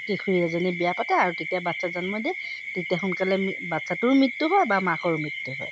কিশোৰী এজনী বিয়া পাতে আৰু তেতিয়া বাচ্ছা জন্ম দিয়ে তেতিয়া সোনকালে বাচ্ছাটোৰো মৃত্যু হয় বা মাকৰো মৃত্যু হয়